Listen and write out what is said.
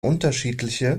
unterschiedliche